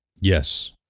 Yes